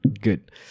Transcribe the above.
good